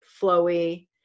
flowy